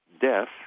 death